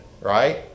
right